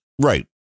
right